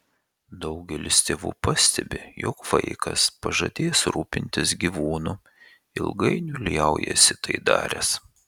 daugelis tėvų pastebi jog vaikas pažadėjęs rūpintis gyvūnu ilgainiui liaujasi tai daręs